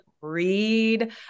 read